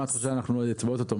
מה את חושבת, שההצבעות אוטומטיות?